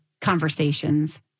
conversations